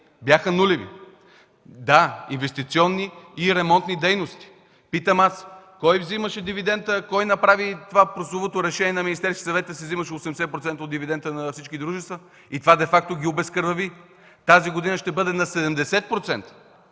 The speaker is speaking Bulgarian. бяха нулеви. Да, инвестиционни и ремонтни дейности, но питам аз: кой вземаше дивидента? Кой направи това прословуто решение на Министерския съвет и се вземаше 80% от дивидента на всички дружества? Това де факто ги обезкръви. Тази година ще бъде на 70%.